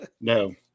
No